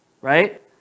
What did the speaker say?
Right